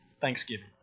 Thanksgiving